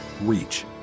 reach